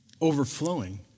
Overflowing